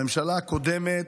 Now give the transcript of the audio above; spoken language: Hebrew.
הממשלה הקודמת,